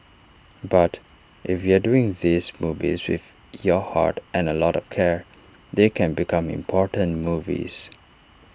but if you're doing these movies with your heart and A lot of care they can become important movies